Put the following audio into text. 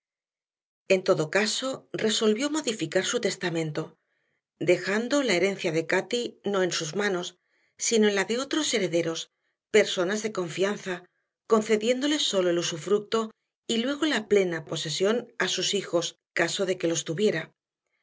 en todo caso resolvió modificar su testamento dejando la herencia de cati no en sus manos sino en las de otros herederos personas de confianza concediéndole sólo el usufructo y luego la plena posesión a sus hijos caso de que los tuviera